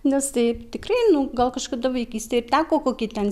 nes taip tikrai nu gal kažkada vaikystėj ir teko kokį ten